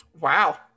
Wow